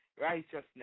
righteousness